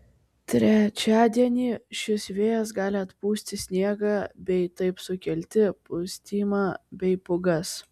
trečiadienį šis vėjas gali atpūsti sniegą bei taip sukelti pustymą bei pūgas